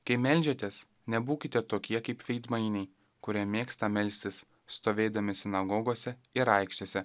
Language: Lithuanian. kai meldžiatės nebūkite tokie kaip veidmainiai kurie mėgsta melstis stovėdami sinagogose ir aikštėse